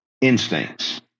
instincts